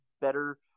better